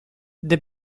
der